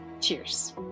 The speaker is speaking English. Cheers